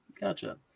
Gotcha